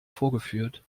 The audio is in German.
vorgeführt